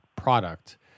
product